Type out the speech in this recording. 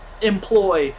employ